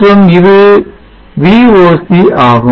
மற்றும் இது VOC ஆகும்